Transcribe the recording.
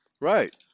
Right